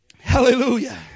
Hallelujah